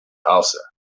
hausa